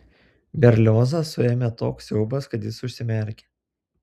berliozą suėmė toks siaubas kad jis užsimerkė